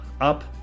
Up